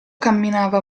camminava